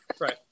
right